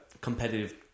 competitive